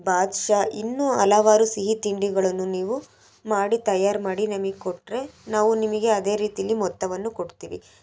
ಬಾದೂಶಾ ಇನ್ನೂ ಹಲವಾರು ಸಿಹಿ ತಿಂಡಿಗಳನ್ನು ನೀವು ಮಾಡಿ ತಯಾರು ಮಾಡಿ ನಮಗ್ ಕೊಟ್ಟರೆ ನಾವು ನಿಮಗೆ ಅದೇ ರೀತಿಯಲ್ಲಿ ಮೊತ್ತವನ್ನು ಕೊಡ್ತೀವಿ